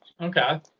Okay